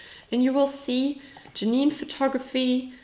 and you will see janine photography.